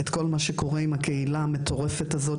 על הקהילה המטורפת הזאת,